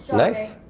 nice.